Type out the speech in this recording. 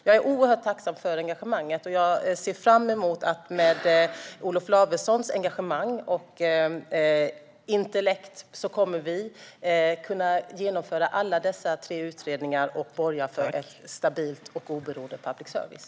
Jag är oerhört tacksam för engagemanget, och jag ser fram emot att vi med Olof Lavessons engagemang och intellekt kommer att kunna genomföra alla dessa tre utredningar och borga för stabil och oberoende public service.